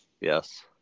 yes